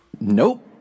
Nope